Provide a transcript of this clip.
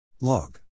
log